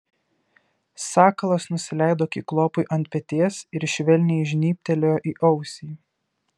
sakalas nusileido kiklopui ant peties ir švelniai žnybtelėjo į ausį